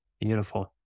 Beautiful